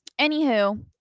anywho